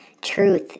Truth